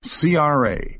CRA